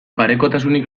parekotasunik